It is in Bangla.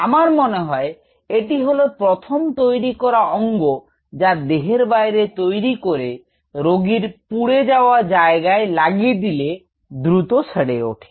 আমার মনে হয় এটি হলো প্রথম তৈরি করা অঙ্গ যা দেহের বাইরে তৈরি করে রোগীর পুড়ে যাওয়া জায়গায় লাগিয়ে দিলে দ্রুত সেরে ওঠে